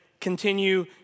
continue